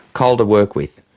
coal to work with.